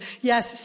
yes